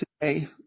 today